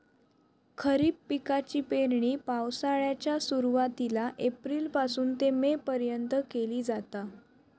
खरीप पिकाची पेरणी पावसाळ्याच्या सुरुवातीला एप्रिल पासून ते मे पर्यंत केली जाता